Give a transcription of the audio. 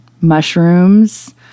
mushrooms